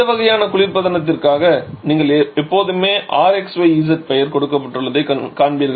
இந்த வகையான குளிர்பதனத்திற்காக நீங்கள் எப்போதுமே Rxyz பெயர் கொடுக்கப்பட்டுள்ளதைக் காண்பீர்கள்